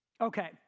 Okay